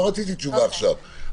לא רציתי תשובה עכשיו,